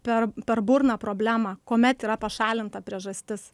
per per burną problemą kuomet yra pašalinta priežastis